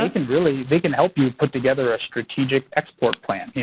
they can really they can help you put together a strategic export plan, you